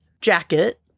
jacket